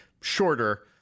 shorter